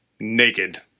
naked